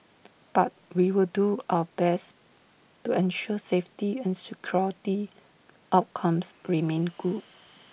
but we will do our best to ensure safety and security outcomes remain good